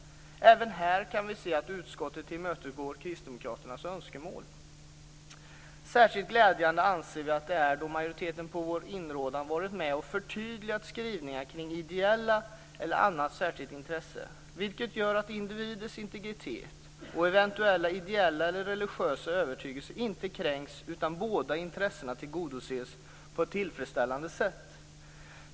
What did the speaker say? Även här kan vi se att utskottet tillmötesgår kristdemokraternas önskemål. Särskilt glädjande anser vi att det är då majoriteten på vår inrådan varit med och förtydligat skrivningarna kring ideellt eller annat särskilt intresse, vilket gör att individers integritet och eventuella ideella eller religiösa övertygelser inte kränks utan båda intressena tillgodoses på ett tillfredsställande sätt.